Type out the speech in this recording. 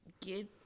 get